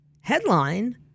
headline